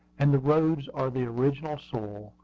and the roads are the original soil,